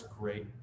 great